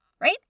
right